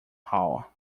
hall